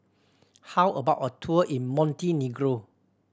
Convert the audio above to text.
how about a tour in Montenegro